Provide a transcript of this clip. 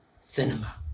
Cinema